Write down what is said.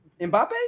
Mbappe